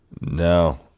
no